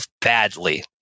badly